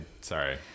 sorry